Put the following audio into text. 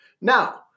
Now